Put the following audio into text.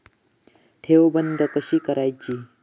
ठेव बंद कशी करायची?